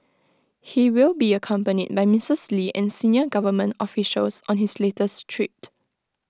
he will be accompanied by misses lee and senior government officials on his latest trip